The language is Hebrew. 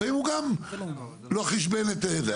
לפעמים הוא גם לא חישבן את זה.